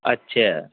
اچھا